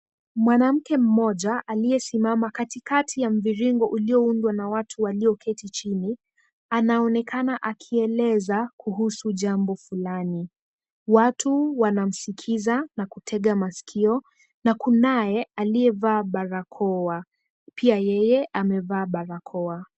Mwanamke mmoja aliyesimama katikati ya mviringo ulioundwa na watu walioketi chini, anaonekana akieleza kuhusu jambo fulani. Watu wanamskiza na kutega maskio na kunaye aliyevaa barakoa, pia yeye amevaa barakoa.